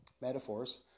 Metaphors